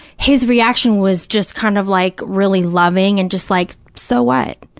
his reaction was just kind of like really loving and just like, so what?